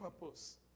purpose